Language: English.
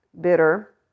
bitter